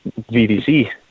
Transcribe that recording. VDC